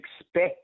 expect